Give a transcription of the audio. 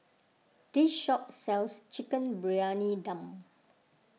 this shop sells Chicken Briyani Dum